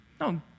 No